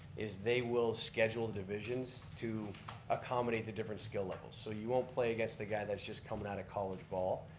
is they will schedule divisions to accommodate the different skill levels. so you won't play against the guy that's just coming out of college ball.